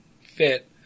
fit